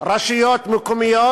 רשויות מקומיות,